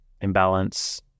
imbalance